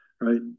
right